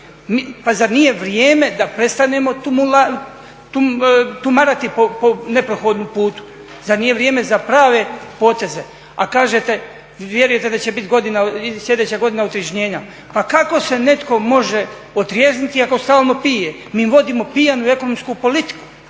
Pa zar nije vrijeme da prestanemo tumarati po neprohodnom putu? Zar nije vrijeme za prave poteze? A kažete vjerujete da će biti sljedeća godina otrežnjenja. Pa kako se netko može otrijezniti ako stalno pije? Mi vodimo pijanu ekonomsku politiku.